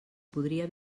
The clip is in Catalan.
podria